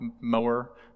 mower